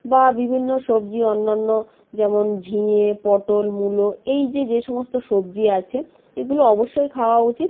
বা বিভিন্ন সবজি অন্য অন্য যেমন ঝিঙে পটল মূলো এই যে যে সমস্ত সবজি আছে এগুলো অবশ্যই খাওয়া উচিত